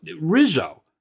Rizzo